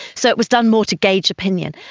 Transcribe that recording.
so it was done more to gauge opinion.